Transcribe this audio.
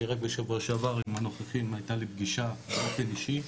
אני רק בשבוע שעבר עם הנוכחים היתה לי פגישה באופן אישי,